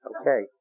Okay